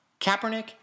Kaepernick